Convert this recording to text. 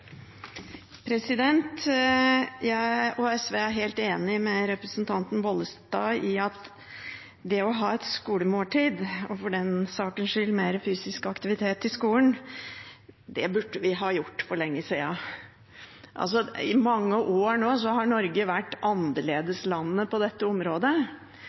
helt enig med representanten Bollestad i at et skolemåltid, og for den saks skyld mer fysisk aktivitet i skolen, burde vi hatt for lenge siden. I mange år nå har Norge vært annerledeslandet på dette området.